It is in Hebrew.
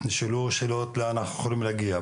נשאלו שאלות לאן אנחנו יכולים להגיע,